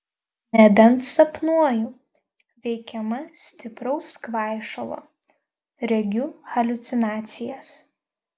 nebent sapnuoju veikiama stipraus kvaišalo regiu haliucinacijas